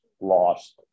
lost